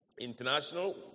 International